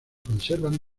conservan